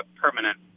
permanent